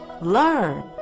Learn